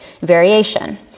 variation